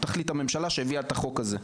תחליט הממשלה שהביאה את החוק הזה.